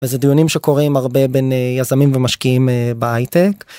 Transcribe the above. איזה דיונים שקורים הרבה בין יזמים ומשקיעים בהייטק.